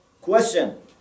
Question